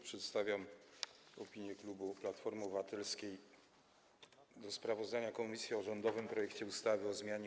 Przedstawiam opinię klubu Platformy Obywatelskiej w sprawie sprawozdania komisji o rządowym projekcie ustawy o zmianie